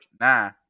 nah